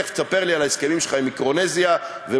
תכף תספר לי על ההסכמים שלך עם מיקרונזיה ומוזמביק.